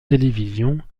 télévisions